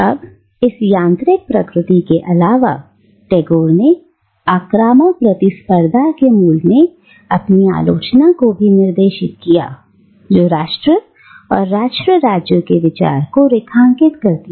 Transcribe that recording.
अब इस यांत्रिक प्रकृति के अलावा टैगोर ने आक्रामक प्रतिस्पर्धा के मूल में अपनी आलोचना को भी निर्देशित किया जो राष्ट्र और राष्ट्र राज्यों के विचार को रेखांकित करती है